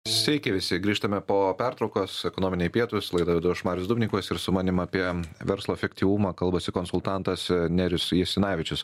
sveiki visi grįžtame po pertraukos ekonominiai pietūs laidą vedu aš marius dubnikovas ir su manim apie verslo efektyvumą kalbasi konsultantas nerijus jasinavičius